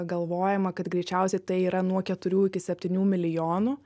galvojama kad greičiausiai tai yra nuo keturių iki septynių milijonų